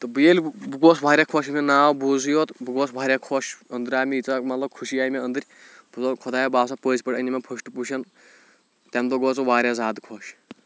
تہٕ بہٕ ییٚلہِ بہٕ گوس واریاہ خۄش ییٚلہِ مےٚ ناو بوٗزٕے یوت بہٕ گوس واریاہ خۄش أندٕرۍ یہِ مےٚ یٖژاہ مطلب خوشی آیہِ مےٚ أندٕرۍ مےٚ دوٚپ خۄدایا بہٕ آو سا پٔزۍ پٲٹھۍ أنیا مےٚ فسٹ پُزیٖشَن تَمہِ دۄہ گوس بہٕ واریاہ زیادٕ خۄش